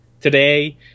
today